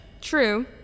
True